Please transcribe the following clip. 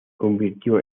convirtió